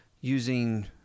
using